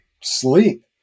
sleep